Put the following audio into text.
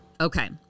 Okay